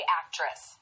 actress